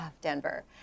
Denver